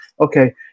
okay